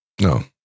No